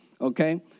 Okay